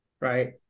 right